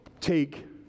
take